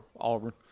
Auburn